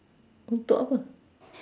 untuk apa